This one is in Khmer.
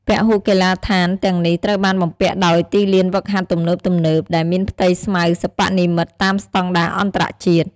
ពហុកីឡដ្ឋានទាំងនេះត្រូវបានបំពាក់ដោយទីលានហ្វឹកហាត់ទំនើបៗ ដែលមានផ្ទៃស្មៅសិប្បនិមិត្តតាមស្តង់ដារអន្តរជាតិ។